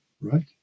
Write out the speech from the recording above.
right